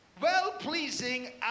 Well-pleasing